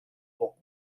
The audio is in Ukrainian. боку